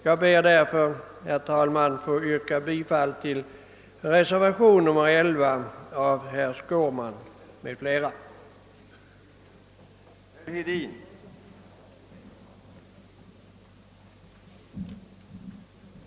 Jag ber därför, herr talman, att få yrka bifall till reservation 11 av herr Skårman m.fl.